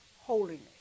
holiness